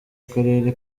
akarere